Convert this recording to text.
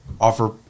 Offer